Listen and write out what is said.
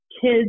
kids